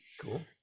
cool